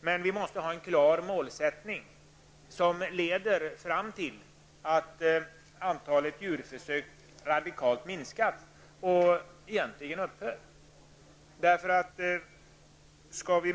Men vi måste ha en klar målsättning, som leder till att antalet djurförsök radikalt minskar -- ja, egentligen till att djurförsöken upphör.